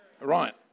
Right